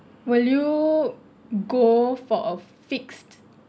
will you go for a fixed